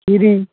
କ୍ଷୀରି